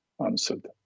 answered